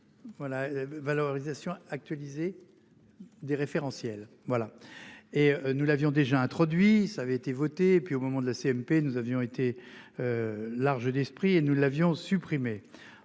Voilà. Valorisation actualisée. Des référentiels voilà et nous l'avions déjà introduit ça avait été voté et puis au moment de la CMP, nous avions été. Large d'esprit et nous l'avions supprimé.